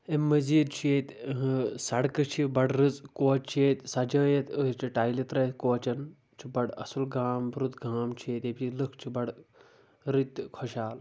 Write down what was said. امہِ مٔزیٖد چھُ ییٚتہِ سڑکہٕ چھِ بڈِ رٔژ کوچہِ چھِ ییٚتہِ سجٲیِتھ أڈ چھِ ٹایلہٕ ترٛٲیِتھ کوچن چھُ بڑٕ اصل گام رُت گام چھُ ییٚتہِ ییٚتِک لُکھ چھِ بڈٕ رٔتۍ تہٕ خۄشحال